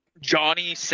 Johnny